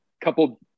couple